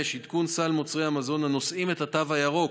5. עדכון סל מוצרי המזון הנושאים את התו הירוק,